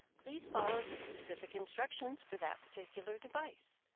please follow the specific instructions for that particular device.